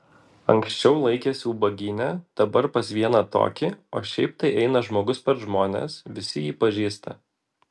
anksčiau laikėsi ubagyne dabar pas vieną tokį o šiaip tai eina žmogus per žmones visi jį pažįsta